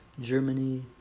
Germany